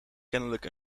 kennelijk